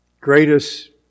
Greatest